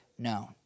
known